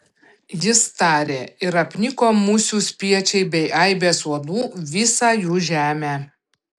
jis tarė ir apniko musių spiečiai bei aibės uodų visą jų žemę